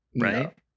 right